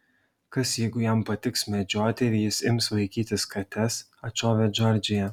kas jeigu jam patiks medžioti ir jis ims vaikytis kates atšovė džordžija